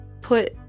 put